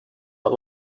but